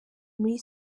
muri